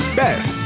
best